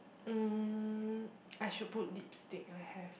mm I should put lipstick I have